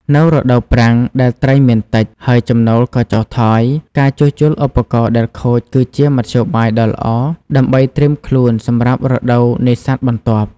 នៅរដូវប្រាំងដែលត្រីមានតិច ហើយចំណូលក៏ចុះថយ ការជួសជុលឧបករណ៍ដែលខូចគឺជាមធ្យោបាយដ៏ល្អដើម្បីត្រៀមខ្លួនសម្រាប់រដូវនេសាទបន្ទាប់។